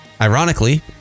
Ironically